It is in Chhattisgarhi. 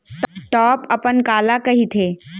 टॉप अपन काला कहिथे?